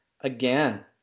again